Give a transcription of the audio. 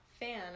fan